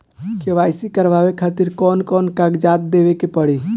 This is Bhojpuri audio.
के.वाइ.सी करवावे खातिर कौन कौन कागजात देवे के पड़ी?